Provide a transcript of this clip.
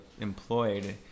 employed